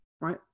Right